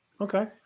Okay